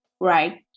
right